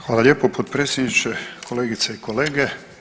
Hvala lijepo potpredsjedniče, kolegice i kolege.